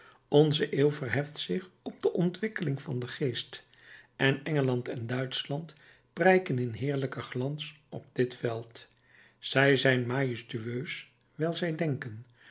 onze eeuw verheft zich op de ontwikkeling van den geest en engeland en duitschland prijken in heerlijken glans op dit veld zij zijn majestueus wijl zij denken